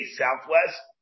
southwest